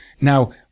now